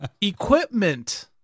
Equipment